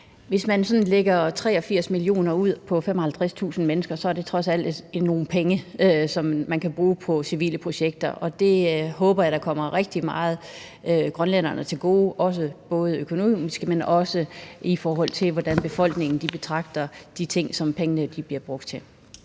sådan lægger 83 mio. kr. ud på 55.000 mennesker, er det trods alt nogle penge, som man kan bruge på civile projekter, og det håber jeg da kommer grønlænderne rigtig meget til gode, både økonomisk, men også i forhold til, hvordan befolkningen betragter de ting, som pengene bliver brugt til.